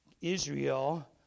Israel